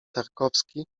tarkowski